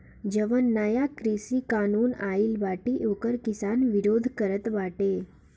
जवन नया कृषि कानून आइल बाटे ओकर किसान विरोध करत बाटे